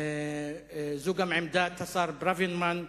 זו גם עמדת השר ברוורמן.